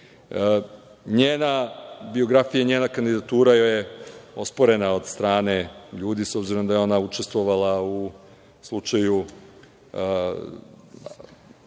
NJena biografija i njega kandidatura je osporena od strane ljudi, s obzirom da je ona učestvovala u slučaju